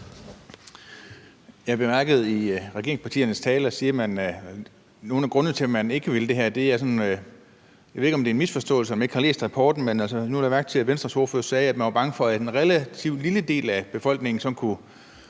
Dennis Flydtkjær (DD): Jeg bemærkede i regeringspartiernes taler nogle af grundene til, at man ikke vil det her. Jeg ved ikke, om det er misforståelser eller man ikke har læst rapporten, men nu lagde jeg mærke til, at Venstres ordfører sagde, at man var bange for, at en relativt lille del af befolkningen kunne